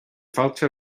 fáilte